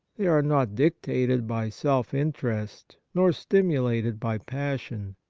they are not dictated by self-interest nor stimulated by passion.